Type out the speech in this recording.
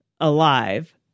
alive